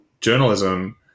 journalism